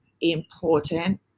important